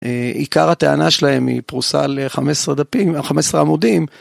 עיקר הטענה שלהם היא פרושה על 15 עמודים.